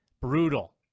Brutal